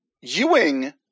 Ewing